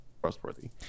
trustworthy